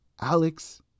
Alex